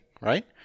right